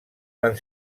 van